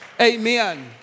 Amen